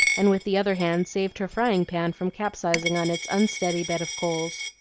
and with the other hand saved her frying-pan from capsizing on its unsteady bed of coals.